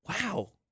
wow